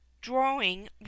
drawing